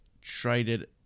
traded